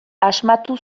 asmatu